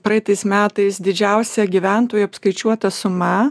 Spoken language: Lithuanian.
praeitais metais didžiausia gyventojų apskaičiuota suma